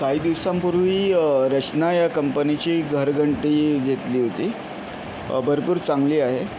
काही दिवसांपूर्वी रशना या कंपनीची घरघंटी घेतली होती भरपूर चांगली आहे